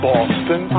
Boston